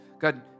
God